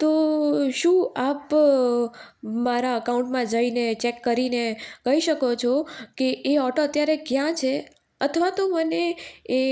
તો શું આપ મારા એકાઉન્ટમાં જઈને ચેક કરીને કહી શકો છો કે એ ઓટો અત્યારે ક્યાં છે અથવા તો મને એ